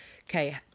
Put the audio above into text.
okay